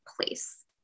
place